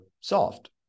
soft